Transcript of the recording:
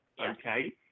okay